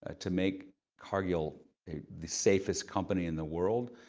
ah to make cargill the safest company in the world.